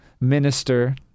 minister